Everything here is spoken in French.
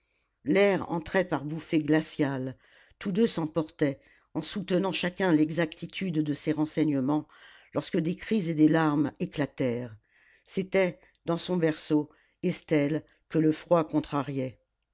l'air entrait par bouffées glaciales tous deux s'emportaient en soutenant chacun l'exactitude de ses renseignements lorsque des cris et des larmes éclatèrent c'était dans son berceau estelle que le froid contrariait